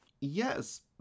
Yes